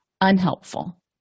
unhelpful